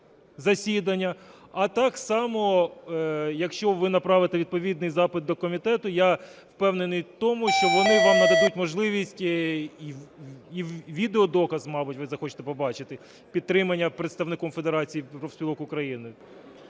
засідання. А так само, якщо ви направите відповідний запит до комітету, я впевнений в тому, що вони вам нададуть можливість, і відеодоказ, мабуть, захочете побачити, підтримання представником Федерації профспілок України.